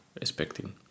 expecting